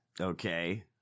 Okay